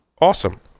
Awesome